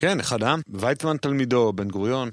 כן, אחד העם, וייצמן תלמידו, בן גוריון